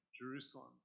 Jerusalem